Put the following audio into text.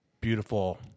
beautiful